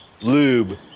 lube